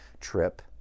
trip